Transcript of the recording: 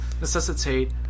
necessitate